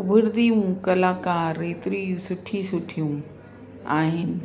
उभरदियूं कलाकार एतरी सुठियूं सुठियूं आहिनि